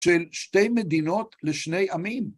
‫של שתי מדינות לשני עמים.